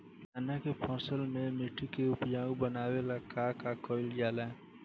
चन्ना के फसल में मिट्टी के उपजाऊ बनावे ला का कइल जाला?